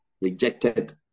rejected